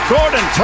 Gordon